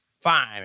Fine